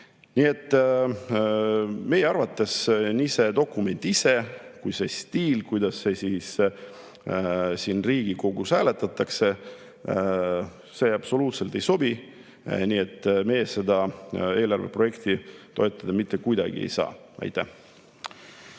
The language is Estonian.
Nii et meie arvates ei see dokument ise ega ka see stiil, kuidas siin Riigikogus hääletatakse, absoluutselt ei sobi. Nii et meie seda eelarve projekti toetada mitte kuidagi ei saa. Aitäh!